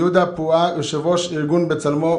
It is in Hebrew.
יהודה פואה, יושב-ראש ארגון "בצלמו",